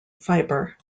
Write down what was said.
fiber